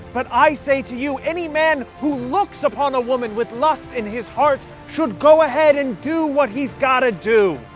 but i say to you any man who looks upon a woman with lust in his heart should go ahead and do what he's gotta do.